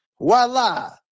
voila